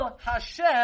Hashem